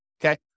Okay